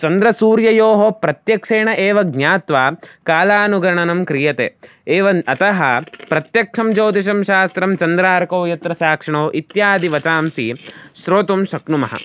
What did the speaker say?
चन्द्रसूर्ययोः प्रत्यक्षेण एव ज्ञात्वा कालानुगणनं क्रियते एवम् अतः प्रत्यक्षं ज्योतिषं शास्त्रं चन्द्रार्कौ यत्र साक्षिणौ इत्यादि वचांसि श्रोतुं शक्नुमः